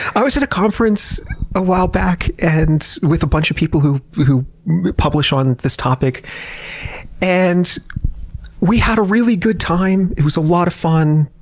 i was at a conference a while back and with a bunch of people who who publish on this topic and we had a really good time. it was a lot of fun.